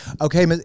okay